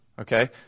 Okay